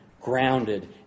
grounded